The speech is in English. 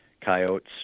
coyotes